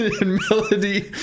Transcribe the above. Melody